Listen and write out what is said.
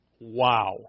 wow